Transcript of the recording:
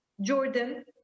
Jordan